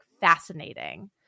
fascinating